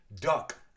duck